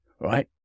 right